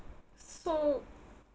so